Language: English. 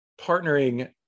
partnering